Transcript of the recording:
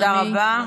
תודה רבה.